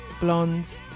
Blonde